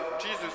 Jesus